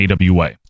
AWA